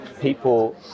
people